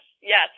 yes